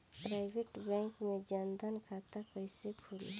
Private bank मे जन धन खाता कैसे खुली?